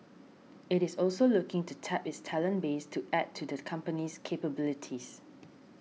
it is also looking to tap its talent base to add to the company's capabilities